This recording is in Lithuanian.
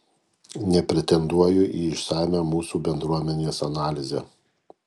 nepretenduoju į išsamią mūsų bendruomenės analizę